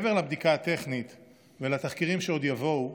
מעבר לבדיקה הטכנית ולתחקירים שעוד יבואו,